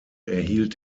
erhielt